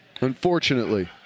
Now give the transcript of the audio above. Unfortunately